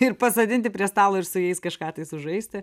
ir pasodinti prie stalo ir su jais kažką tai sužaisti